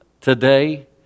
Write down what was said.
today